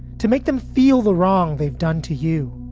to make them feel the wrong they've done to you